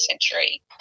century